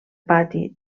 pati